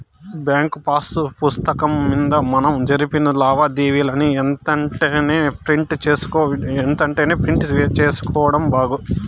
bank pass పుస్తకం మింద మనం జరిపిన లావాదేవీలని ఎంతెంటనే ప్రింట్ సేసుకోడం బాగు